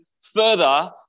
further